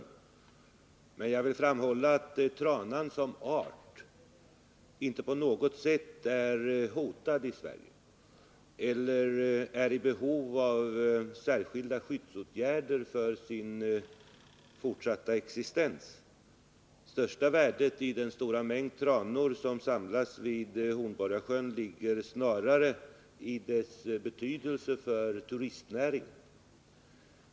Jag vill emellertid framhålla att tranan som art inte på något sätt är hotad här i Sverige eller är i behov av särskilda skyddsåtgärder för sin fortsatta existens. Det största värdet med den stora mängd tranor som samlas vid Hornborgasjön ligger snarare i dess betydelse för turistnäringen.